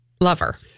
lover